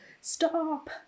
stop